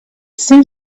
seemed